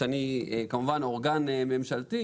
שאני כמובן אורגן ממשלתי,